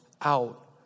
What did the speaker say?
out